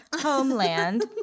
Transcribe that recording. homeland